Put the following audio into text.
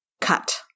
cut